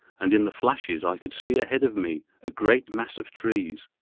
and in the flashes i could see ahead of me a great mass of trees,